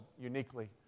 uniquely